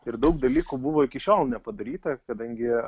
ir daug dalykų buvo iki šiol nepadaryta kadangi